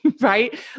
right